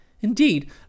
Indeed